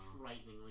frighteningly